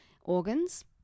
organs